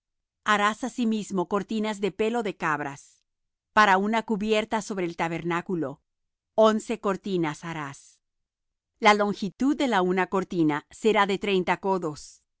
harás asimismo cortinas de pelo de cabras para una cubierta sobre el tabernáculo once cortinas harás la longitud de la una cortina será de treinta codos